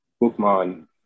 Bookman